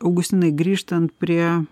augustinai grįžtant prie